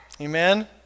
Amen